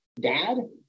dad